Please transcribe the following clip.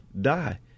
die